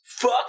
Fuck